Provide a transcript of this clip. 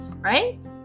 right